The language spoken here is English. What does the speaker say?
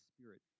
Spirit